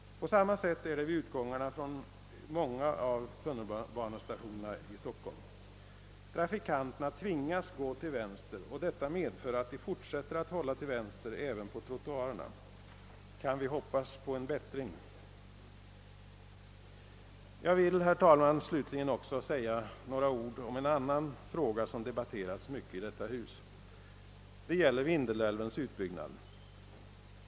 På samma sätt är det vid utgångarna från många av tunnelbanestationerna i Stockholm. Trafikanterna tvingas gå till vänster och detta medför att de fortsätter att hålla till vänster även på trottoarerna. Kan vi hoppas på en bättring? Jag vill, herr talman, slutligen också säga några ord om en annan fråga som debatterats mycket i detta hus. Det gäller Vindelälvens utbyggnad.